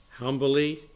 Humbly